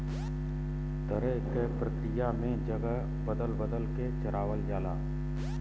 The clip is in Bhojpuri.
तरे के प्रक्रिया में जगह बदल बदल के चरावल जाला